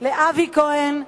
לאבי כהן,